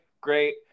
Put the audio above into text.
Great